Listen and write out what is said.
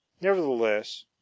Nevertheless